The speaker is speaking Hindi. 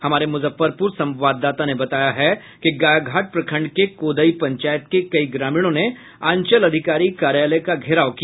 हमारे मुजफ्फरपुर संवाददाता ने बताया है कि गायघाट प्रखंड के कोदई पंचायत के कई ग्रामीणों ने अंचल अधिकारी कार्यालय का घेराव किया